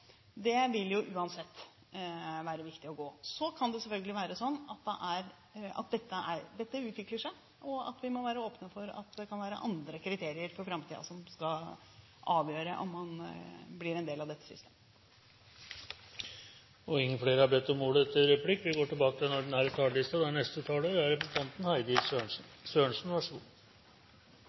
vil uansett være viktig. Så kan det selvfølgelig være sånn at dette utvikler seg, at vi må være åpne for at det kan være andre kriterier for framtiden som skal avgjøre om man blir en del av dette systemet. Replikkordskiftet er avsluttet. La meg bare kort få bemerke at vi som i forrige stortingsperiode deltok i debatten om instituttfinansieringen, var oss meget bevisst da